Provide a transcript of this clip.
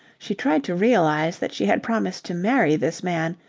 she tried to realize that she had promised to marry this man,